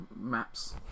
maps